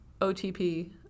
OTP